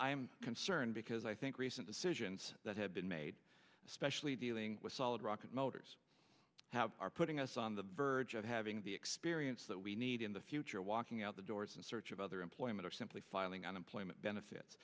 am concerned because i think recent decisions that have been made especially dealing with solid rocket motors have are putting us on the verge of having the experience that we need in the future walking out the doors in search of other employment or simply filing unemployment benefits